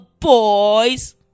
boys